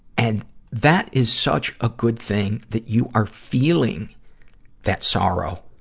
and that is such a good thing, that you are feeling that sorrow.